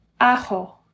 ajo